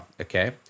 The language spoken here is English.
Okay